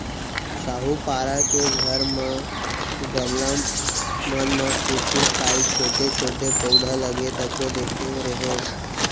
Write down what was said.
साहूपारा के घर म गमला मन म कुछु कॉंहीछोटे छोटे पउधा लगे तको देखे रेहेंव